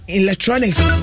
electronics